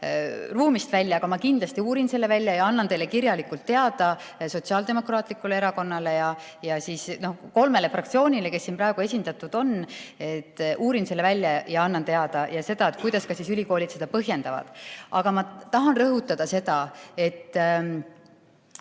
ruumist välja, aga ma kindlasti uurin selle välja ja annan kirjalikult teada Sotsiaaldemokraatlikule Erakonnale ja kolmele fraktsioonile, kes siin praegu esindatud on. Uurin selle välja ja annan teada, ja ka selle, kuidas ülikoolid seda põhjendavad. Aga ma tahan rõhutada, et